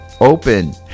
open